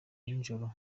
n’ijoro